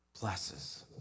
blesses